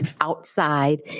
outside